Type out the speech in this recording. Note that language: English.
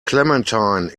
clementine